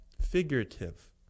figurative